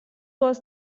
was